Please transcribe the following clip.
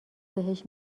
بهش